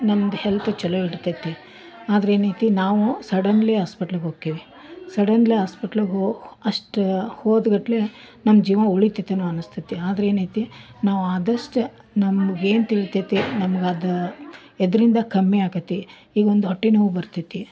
ನಮ್ಮದು ಹೆಲ್ತ್ ಚಲೋ ಇರ್ತೈತಿ ಆದರೆ ಏನೈತಿ ನಾವು ಸಡನ್ಲಿ ಆಸ್ಪಿಟ್ಲಿಗೆ ಹೋಕ್ಕೆವಿ ಸಡನ್ಲಿ ಆಸ್ಪಿಟ್ಲಿಗೆ ಹೋ ಅಷ್ಟು ಹೋದ್ಕೂಡ್ಲೇ ನಮ್ಮ ಜೀವ ಉಳಿತೈತೇನು ಅನಿಸ್ತತ್ತಿ ಆದರೆ ಏನೈತಿ ನಾವು ಆದಷ್ಟು ನಮ್ಗೇನು ತಿಳಿತೈತೆ ನಮಗೆ ಕಮ್ಮಿ ಆಕತ್ತಿ ಈಗ ಒಂದು ಹೊಟ್ಟೆ ನೋವು ಬರ್ತೈತಿ